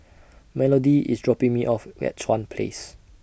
Melody IS dropping Me off At Chuan Place